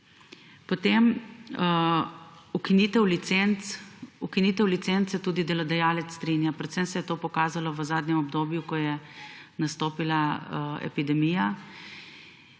Ukinitev licenc. Z ukinitvijo licenc se tudi delodajalec strinja. Predvsem se je to pokazalo v zadnjem obdobju, ko je nastopila epidemija,